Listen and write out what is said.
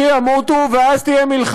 ואז הוא לא יצטרך, שימותו, ואז תהיה מלחמה,